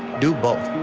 do both.